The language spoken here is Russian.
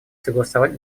согласовать